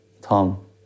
Tom